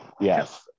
Yes